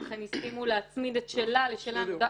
ולכן הסכימו להצמיד את שלה לשלנו.